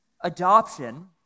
Adoption